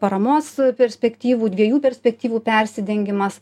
paramos perspektyvų dviejų perspektyvų persidengimas